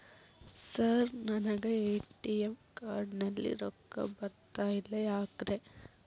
Sir ನನಗೆ ATM card ನಲ್ಲಿ ರೊಕ್ಕ ಬರತಿಲ್ಲ ಯಾಕ್ರೇ?